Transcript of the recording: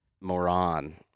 moron